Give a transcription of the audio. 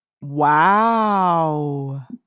Wow